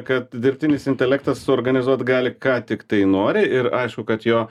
kad dirbtinis intelektas suorganizuot gali ką tiktai nori ir aišku kad jo